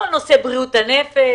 כל נושא בריאות הנפש,